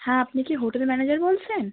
হ্যাঁ আপনি কি হোটেল ম্যানেজার বলছেন